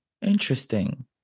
Interesting